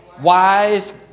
wise